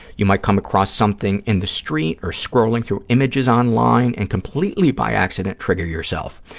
you might come across something in the street or scrolling through images online and completely by accident trigger yourself.